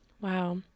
wow